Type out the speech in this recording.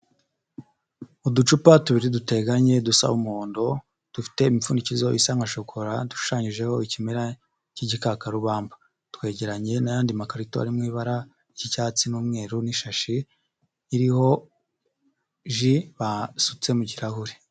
Uducupa tubiri duteganye dusa umuhondo dufite imipfundinikizo isa nka shokora dushushanyijeho ikimera cy'igikakarubamba, twegeranye n'ayandi makarito ari mu ibara ry'icyatsi n'umweru n'ishashi iriho ji basutse mu kirahure.